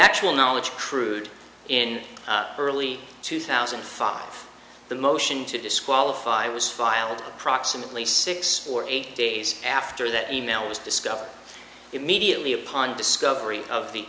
actual knowledge crude in early two thousand and five the motion to disqualify was filed approximately six or eight days after that e mail was discovered immediately upon discovery of the